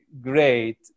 great